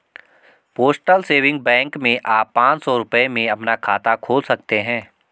postal saving bank में आप पांच सौ रूपये में अपना खाता खोल सकते हैं